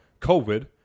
COVID